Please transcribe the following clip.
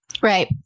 Right